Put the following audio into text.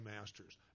Masters